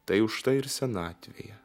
tai už tai ir senatvėje